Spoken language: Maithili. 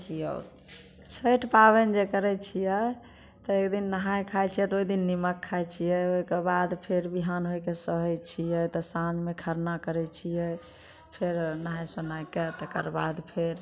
देखियौ छठि पाबनि जे करैत छियै तऽ एक दिन नहाइ खाइ छियै तऽ ओहिदिन नीमक खाइत छियै ओहिकेबाद फेर बिहान होइके सहैत छियै तऽ साँझमे खरना करैत छियै फेर नहाए सोनाएके तकरबाद फेर